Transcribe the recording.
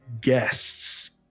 guests